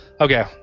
Okay